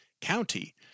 county